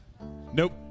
Nope